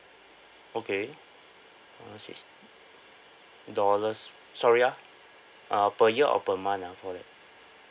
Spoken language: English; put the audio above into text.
okay four hundred six~ dollars sorry ah uh per year or per month ah for that